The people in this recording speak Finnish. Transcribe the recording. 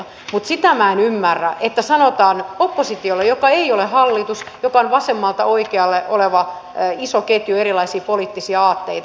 mutta sitä minä en ymmärrä että sanotaan oppositiolle joka ei ole hallitus joka on vasemmalta oikealle oleva iso ketju erilaisia poliittisia aatteita